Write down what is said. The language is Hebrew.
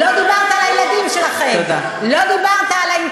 לא דיברת על הילדים שלכם,